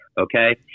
Okay